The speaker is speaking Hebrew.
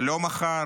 לא מחר